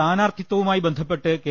സ്ഥാനാർത്ഥിത്വവുമായി ബന്ധപ്പെട്ട് കെ